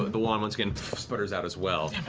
the wand once again sputters out, as well.